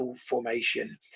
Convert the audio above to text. formation